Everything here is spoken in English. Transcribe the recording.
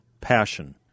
passion